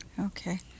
Okay